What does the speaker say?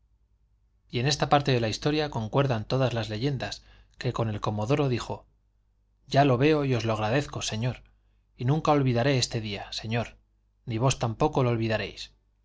y en esta parte de la historia concuerdan todas las leyendas que el comodoro dijo ya lo veo y os lo agradezco señor y nunca olvidaré este día señor ni vos tampoco lo olvidaréis